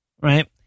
right